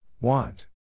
Want